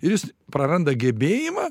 ir jis praranda gebėjimą